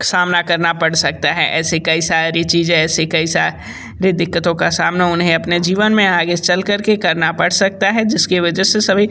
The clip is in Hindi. सामना करना पड़ सकता है ऐसे कईं सारी चीज़ें ऐसे कई सा री दिक्कतों का सामना उन्हें अपने जीवन में आगे चल कर के करना पड़ सकता है जिसके वजह से सभी